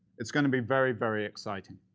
it's going to be very, very exciting.